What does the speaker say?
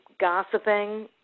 gossiping